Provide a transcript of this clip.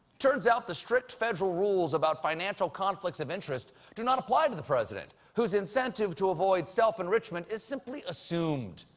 turns out, the strict federal rules about financial conflicts of interest do not apply to the president, whose incentive to avoid self-enrichment is simply assumed.